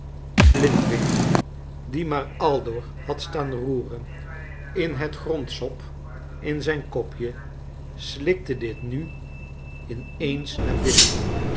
flintwinch die maar aldoor had staan roeren in het grondsop in zijn kopje slikte dit nu in eens naar binnen